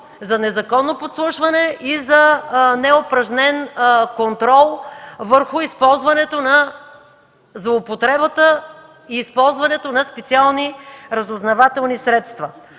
за незаконно послушване и за неупражнен контрол върху използването на злоупотребата и използването на специални разузнавателни средства.